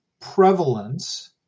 prevalence